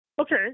Okay